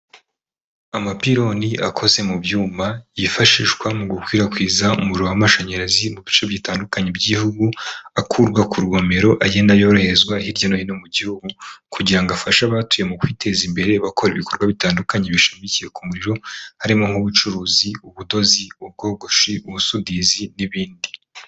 Amapiloni akoze mu byuma yifashishwa mu gukwirakwiza umuriro w'amashanyarazi mu bice bitandukanye by'igihugu, akurwa ku rugomero agenda yoherezwa hirya no hino mu gihugu kugira ngo afashe abahatuye mu kwiteza imbere abakora ibikorwa bitandukanye bishamikiye ku muriro harimo nk'ubucuruzi, ubudozi, ubwogoshi, ubusudizi n'ibindi.